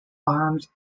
arms